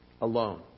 alone